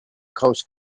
coast